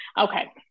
Okay